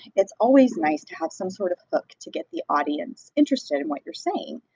it's always nice to have some sort of hook to get the audience interested in what you're saying.